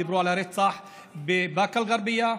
דיברו על הרצח בבאקה אל-גרבייה,